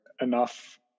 enough